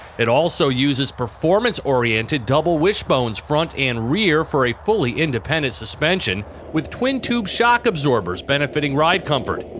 it also uses performance-oriented double wishbones front and rear for a fully independent suspension with twin-tube shock absorbers benefiting ride comfort.